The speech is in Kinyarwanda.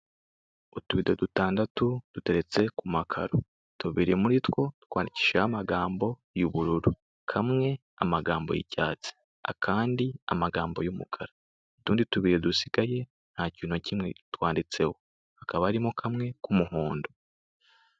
Utubido dutandatu duteretse ku makaro, tubiri muri two twandikishijeho amagambo y'ubururu, kamwe amagambo y'icyatsi, akandi amagambo y'umukara, utundi tubiri dusigaye ntakintu na kimwe twanditseho, hakaba harimo kamwe k'umuhondo.